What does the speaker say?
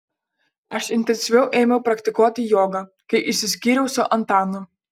aš intensyviau ėmiau praktikuoti jogą kai išsiskyriau su antanu